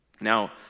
Now